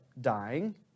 dying